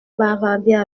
bavarder